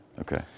Okay